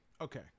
Okay